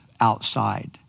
outside